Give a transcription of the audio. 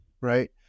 right